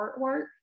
artwork